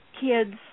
kids